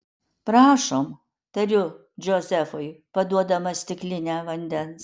prašom tariu džozefui paduodama stiklinę vandens